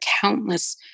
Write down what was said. countless